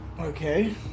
Okay